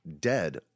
dead